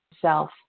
self